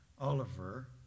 Oliver